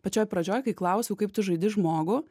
pačioj pradžioj kai klausiau kaip tu žaidi žmogų